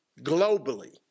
globally